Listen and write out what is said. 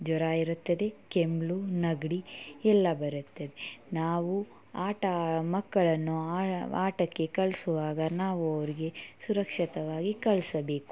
ಜ್ವರ ಇರುತ್ತದೆ ಕೆಮ್ಮು ನೆಗಡಿ ಎಲ್ಲ ಬರುತ್ತದೆ ನಾವು ಆಟ ಮಕ್ಕಳನ್ನು ಆಟಕ್ಕೆ ಕಳಿಸುವಾಗ ನಾವು ಅವ್ರಿಗೆ ಸುರಕ್ಷಿತವಾಗಿ ಕಳಿಸಬೇಕು